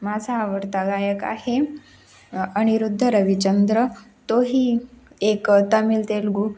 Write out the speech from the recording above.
माझा आवडता गायक आहे अनिरुद्ध रविचंद्र तोही एक तमिल तेलगू